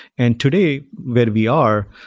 and today, where we are,